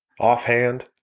Offhand